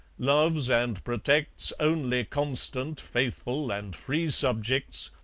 loves and protects only constant, faithful, and free subjects,